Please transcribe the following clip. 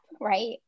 right